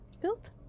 built